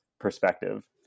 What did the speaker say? perspective